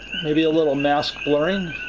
maybe a little mask blurring.